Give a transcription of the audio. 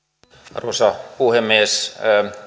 arvoisa puhemies